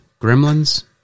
Gremlins